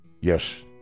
Yes